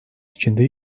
içinde